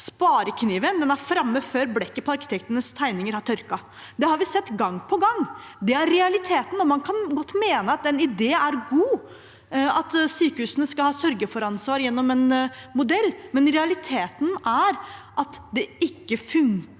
Sparekniven er framme før blekket på arkitektenes tegninger har tørket. Det har vi sett gang på gang. Det er realiteten. Man kan godt mene at ideen om at sykehusene skal ha sørge-for-ansvar gjennom en modell, er god, men realiteten er at det ikke fungerer